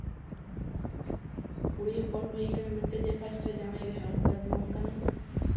ᱠᱩᱲᱤ ᱦᱚᱯᱚᱱᱮ ᱦᱩᱭᱟᱠᱟᱱᱟ ᱢᱮᱱᱛᱮ ᱡᱮ ᱯᱷᱟᱥᱴ ᱨᱮ ᱡᱟᱶᱟᱭᱮ ᱜᱮ ᱦᱩᱭᱩᱜᱼᱟ ᱚᱱᱠᱟ ᱫᱚ ᱵᱟᱝ ᱠᱟᱱᱟ